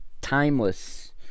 timeless